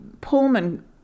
Pullman